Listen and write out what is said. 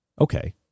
Okay